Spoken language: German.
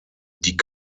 die